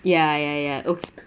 ya ya ya